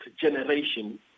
generation